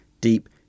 deep